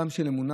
גם של אמונה,